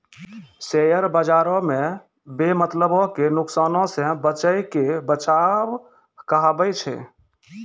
share बजारो मे बेमतलबो के नुकसानो से बचैये के बचाव कहाबै छै